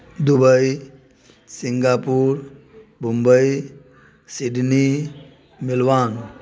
Dubai Singapore Mumbai Sydney Melbourne